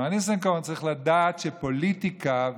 מר ניסנקורן צריך לדעת שפוליטיקה,